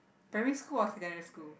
primary school or secondary school